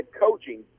coaching